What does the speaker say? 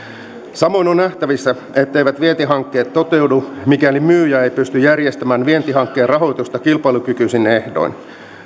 samoin on nähtävissä etteivät vientihankkeet toteudu mikäli myyjä ei pysty järjestämään vientihankkeen rahoitusta kilpailukykyisin ehdoin